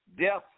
Death